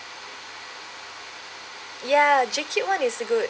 ya JCube [one] is good